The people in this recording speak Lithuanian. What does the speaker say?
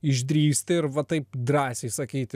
išdrįsti ir va taip drąsiai sakyti